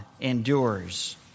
endures